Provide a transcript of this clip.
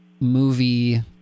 movie